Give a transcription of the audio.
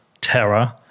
terror